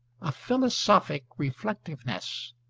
a philosophic, reflectiveness,